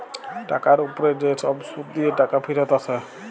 টাকার উপ্রে যে ছব সুদ দিঁয়ে টাকা ফিরত আসে